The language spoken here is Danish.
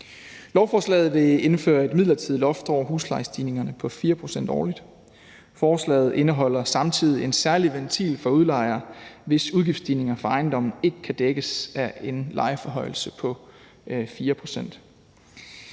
Lovforslaget vil indføre et midlertidigt loft over huslejestigningerne på 4 pct. årligt. Forslaget indeholder samtidig en særlig ventil for udlejere, hvis udgiftsstigninger for ejendommen ikke kan dækkes af en lejeforhøjelse på 4 pct.